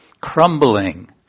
crumbling